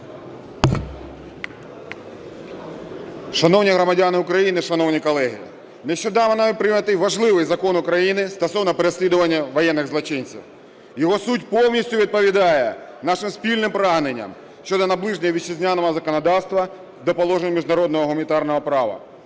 Шановні громадяни України! Шановні колеги! Нещодавно нами прийнятий важливий Закон України стосовно переслідування воєнних злочинців. Його суть повністю відповідає нашим спільним прагненням щодо наближення вітчизняного законодавства до положень міжнародного гуманітарного права.